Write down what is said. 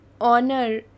honor